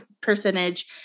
percentage